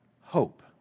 hope